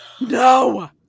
No